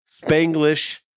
Spanglish